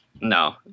No